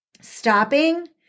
stopping